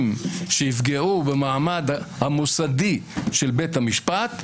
שיפגעו במעמד המוסדי של בית המשפט,